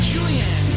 Julianne